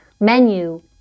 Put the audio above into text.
menu